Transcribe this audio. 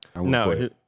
No